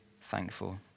thankful